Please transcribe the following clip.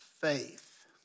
faith